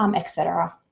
um etc.